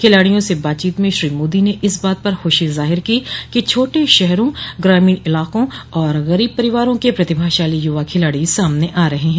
खिलाडियों स बातचीत में श्री मोदी ने इस बात पर खुशी जाहिर की कि छोटे शहरों ग्रामीण इलाकों और गरीब परिवारों के प्रतिभाशाली युवा खिलाड़ी सामने आ रहे हैं